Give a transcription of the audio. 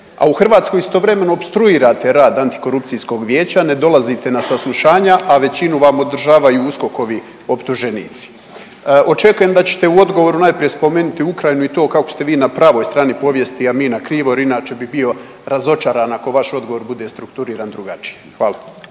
a u Hrvatskoj istovremeno opstruirate rad Antikorupcijskog vijeća, ne dolazite na saslušanja, a većinu vam održavaju USKOK-ovi optuženici. Očekujem da ćete u odgovoru najprije spomenuti Ukrajinu i to kako ste vi na pravoj strani povijesti, a mi na krivoj jer inače bih bio razočaran ako vaš odgovor bude strukturiran drugačije. Hvala.